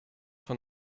von